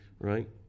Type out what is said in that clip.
right